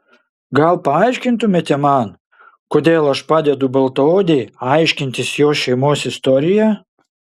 gal paaiškintumėte man kodėl aš padedu baltaodei aiškintis jos šeimos istoriją